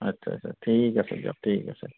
আচ্ছা আচ্ছা দিয়ক ঠিক আছে ঠিক আছে